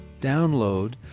download